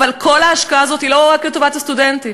אבל כל ההשקעה הזאת היא לא רק לטובת הסטודנטים.